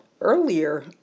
earlier